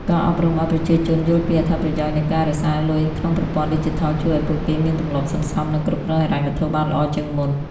ការអប់រំឱ្យប្រជាជនយល់ពីអត្ថប្រយោជន៍នៃការរក្សាលុយក្នុងប្រព័ន្ធឌីជីថល ជួយឱ្យពួកគេមានទម្លាប់សន្សំ និងគ្រប់គ្រងហិរញ្ញវត្ថុបានល្អជាងមុន។